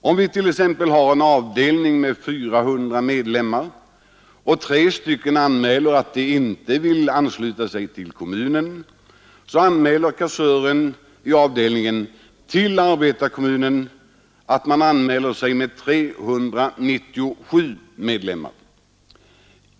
Om vi t.ex. har en avdelning med 400 medlemmar och tre anmäler att de inte vill ansluta sig till kommunen, meddelar kassören i avdelningen till arbetarkommunen att man anmäler sig med 397 medlemmar.